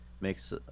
Makes